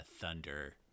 thunder